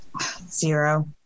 Zero